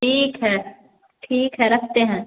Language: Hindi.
ठीक है ठीक है रखते हैं